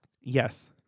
Yes